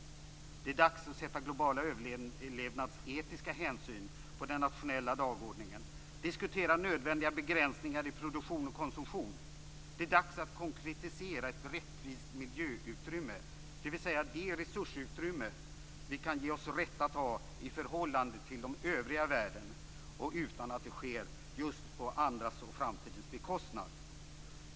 Det är dags att sätta globala överlevnadsetiska hänsyn på den nationella dagordningen och diskutera nödvändiga begränsningar i produktion och konsumtion. Det är dags att konkretisera ett rättvist miljöutrymme, dvs. det resursutrymme som vi kan ge oss rätt att ta i förhållande till den övriga världen och utan att det sker på andras och framtidens bekostnad.